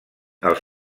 els